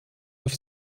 auf